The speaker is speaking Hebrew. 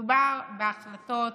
מדובר בהחלטות